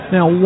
Now